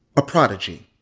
a prodigy.